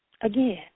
Again